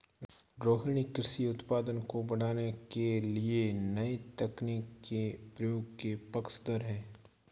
रोहिनी कृषि उत्पादन को बढ़ाने के लिए नए तकनीक के प्रयोग के पक्षधर है